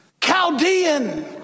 Chaldean